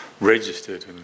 registered